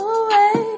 away